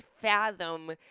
fathom